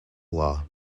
law